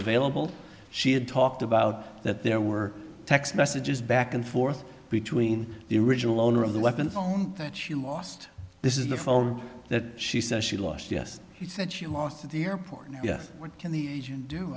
available she had talked about that there were text messages back and forth between the original owner of the weapon phone that she lost this is the phone that she says she lost yes she said she lost at the airport and what can the agent do